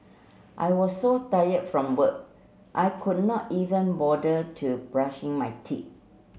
I was so tired from work I could not even bother to brushing my teeth